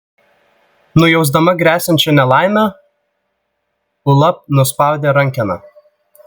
nujausdama gresiančią nelaimę ula nuspaudė rankeną